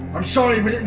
i'm sorry we